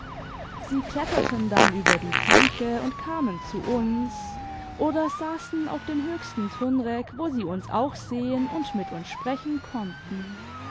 sie kletterten dann über die planke und kamen zu uns oder saßen auf dem höchsten tumreck wo sie uns auch sehen und mit uns sprechen konnten